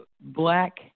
black